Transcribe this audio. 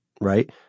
right